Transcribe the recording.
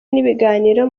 n’ibiganiro